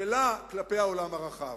כלפי העולם הרחב.